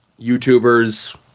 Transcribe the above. youtubers